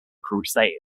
crusade